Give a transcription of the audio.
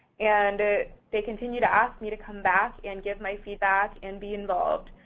and they continued to ask me to come back and give my feedback and be involved.